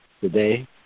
today